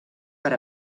per